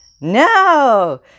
No